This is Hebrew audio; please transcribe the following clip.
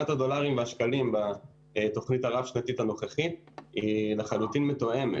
תמונת הדולרים והשקלים בתוכנית הרב-שנתית הנוכחית היא לחלוטין מתואמת.